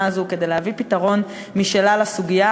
הזאת כדי להביא פתרון משלה לסוגיה,